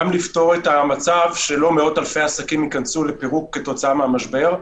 גם לפתור את המצב שלא מאות אלפי עסקים ייכנסו לפירוק כתוצאה מהמשבר.